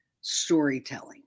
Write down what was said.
storytelling